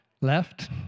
left